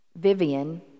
Vivian